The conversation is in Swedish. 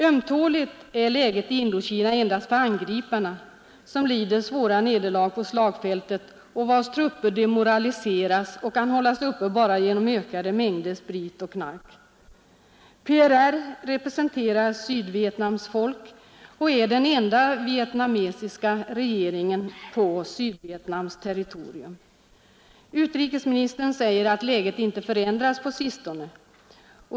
Ömtåligt är läget i Indokina endast för angriparna, vilka lider svåra nederlag på slagfältet och vilkas trupper demoraliseras och kan hållas kvar bara genom ökande mängder sprit och knark. PRR representerar Sydvietnams folk och är den enda vietnamesiska regeringen på Sydvietnams territorium. Utrikesministern säger att läget inte förändrats på sistone.